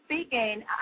speaking